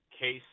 case